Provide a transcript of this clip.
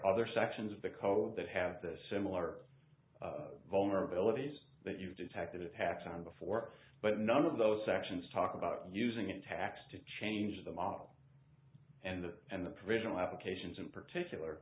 other sections of the code that have the similar vulnerabilities that you've detected it happened before but none of those actions talk about using a tax to change the model and the and the provisional applications in particular